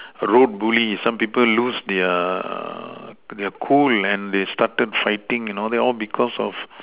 road Bully some people lose their uh their cool and they started fighting all because of